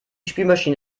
spülmaschine